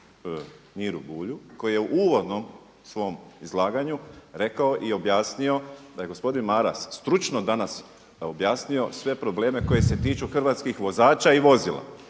Miri Bulju koji je u uvodnom svom izlaganju rekao i objasnio da je gospodin Maras stručno danas objasnio sve probleme koji se tiču hrvatskih vozača i vozila.